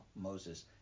Moses